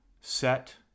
set